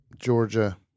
Georgia